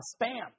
spam